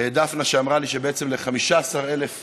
דפנה ואמרה לי שזה בעצם ל-15,000 אזרחים: